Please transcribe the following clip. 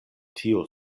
tiu